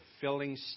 filling